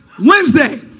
Wednesday